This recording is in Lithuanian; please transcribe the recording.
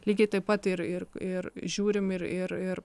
lygiai taip pat ir ir ir žiūrim ir ir ir